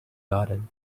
garden